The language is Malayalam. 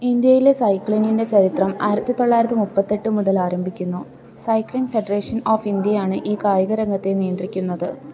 ഇൻഡ്യയിലെ സൈക്ലിംഗിൻ്റെ ചരിത്രം ആയിരത്തി തൊള്ളായിരത്തി മുപ്പത്തെട്ട് മുതൽ ആരംഭിക്കുന്നു സൈക്ലിംഗ് ഫെഡറേഷൻ ഓഫ് ഇൻഡ്യയാണ് ഈ കായികരംഗത്തെ നിയന്ത്രിക്കുന്നത്